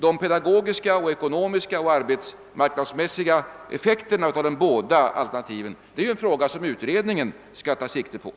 De pedagogiska, ekonomiska och arbetsmarknadsmässiga effekterna av alternativen är ju en fråga som utredningen skall ta ställning till.